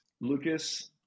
Lucas